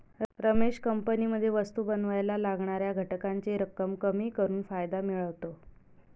रमेश कंपनीमध्ये वस्तु बनावायला लागणाऱ्या घटकांची रक्कम कमी करून फायदा मिळवतो